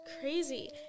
crazy